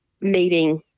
meeting